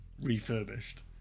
refurbished